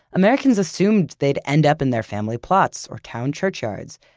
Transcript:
americans assumed they'd end up in their family plots or town churchyards,